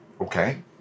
okay